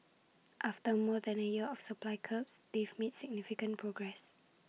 after more than A year of supply curbs they've made significant progress